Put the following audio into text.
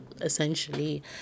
essentially